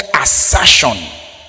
assertion